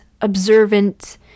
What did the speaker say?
observant